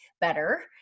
better